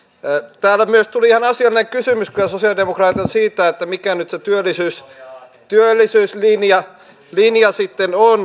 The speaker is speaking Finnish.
kyllä meidän suomalaisten pitää nyt hyvänen aika samaan remmiin lähteä ja alkaa kuntoilla ja liikkua enemmän ja nauttia elämästä